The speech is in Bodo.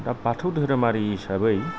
दा बाथौ धोरोमारि हिसाबै